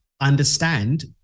understand